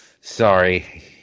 sorry